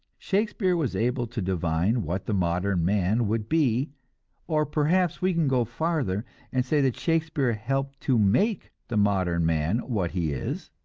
shakespeare was able to divine what the modern man would be or perhaps we can go farther and say that shakespeare helped to make the modern man what he is